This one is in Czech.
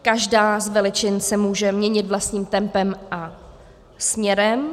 Každá z veličin se může měnit vlastním tempem a směrem.